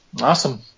Awesome